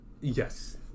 Yes